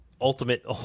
ultimate